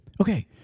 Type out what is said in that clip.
Okay